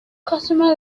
customer